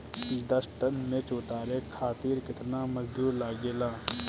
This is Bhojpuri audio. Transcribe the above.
दस टन मिर्च उतारे खातीर केतना मजदुर लागेला?